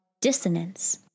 dissonance